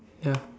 ya